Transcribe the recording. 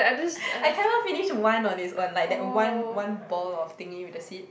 I cannot finish one on it's own like that one one ball of thingy with the seed